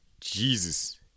Jesus